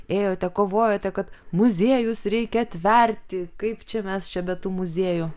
ėjote kovojote kad muziejus reikia atverti kaip čia mes čia be tų muziejų